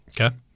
Okay